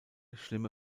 schlimme